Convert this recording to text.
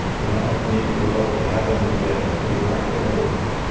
you don't need to go up to heaven to get it, he's right there with ya.